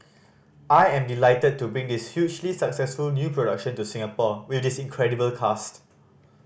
I am delighted to bring this hugely successful new production to Singapore with this incredible cast